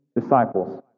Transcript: disciples